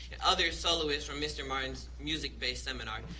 other soloists from mr. martin's music-based seminar.